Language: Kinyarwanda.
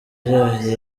yabyaye